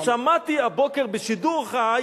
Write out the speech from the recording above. שמעתי הבוקר בשידור חי